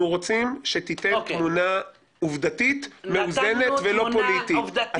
אנחנו רוצים שתיתן תמונה עובדתית מאוזנת ולא פוליטית.